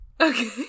Okay